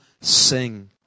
sing